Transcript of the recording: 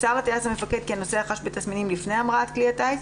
נמסר לטייס המפקד כי נוסע חש בתסמינים לפני המראת כלי הטיס,